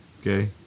okay